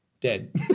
dead